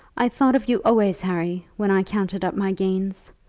i thought of you always, harry, when i counted up my gains.